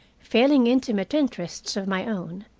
failing intimate interests of my own,